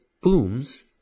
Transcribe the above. booms